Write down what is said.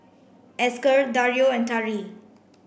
Esker Dario and Tari